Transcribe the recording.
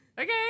okay